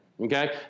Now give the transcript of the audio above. okay